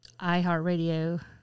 iHeartRadio